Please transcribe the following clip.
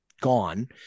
Gone